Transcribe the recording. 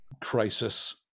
crisis